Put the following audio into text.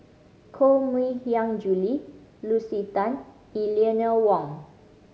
Koh Mui Hiang Julie Lucy Tan Eleanor Wong